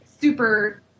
super